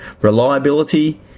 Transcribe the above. reliability